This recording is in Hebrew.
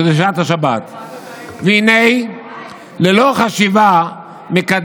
ביקשתם 40 חתימות.